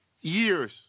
years